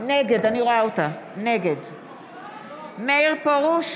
נגד מאיר פרוש,